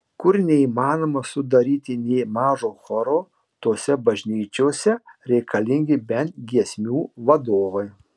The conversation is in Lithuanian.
kur neįmanoma sudaryti nė mažo choro tose bažnyčiose reikalingi bent giesmių vadovai